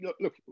Look